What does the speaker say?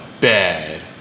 bad